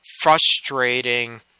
Frustrating